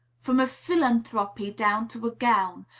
from a philanthropy down to a gown,